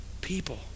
people